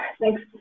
Thanks